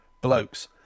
blokes